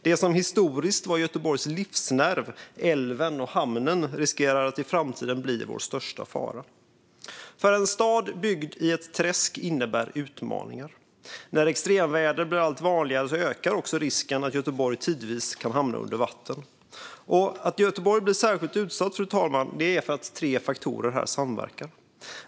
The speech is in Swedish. Det som historiskt varit Göteborgs livsnerv, älven och hamnen, riskerar att i framtiden bli vår största fara. En stad byggd i ett träsk innebär utmaningar. När extremväder blir allt vanligare ökar också risken att Göteborg tidvis kan hamna under vatten. Fru talman! Att Göteborg blir särskilt utsatt beror på att tre faktorer samverkar.